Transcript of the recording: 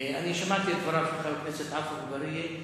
שמעתי את דבריו של חבר הכנסת עפו אגבאריה.